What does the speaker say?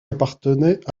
appartenaient